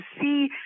see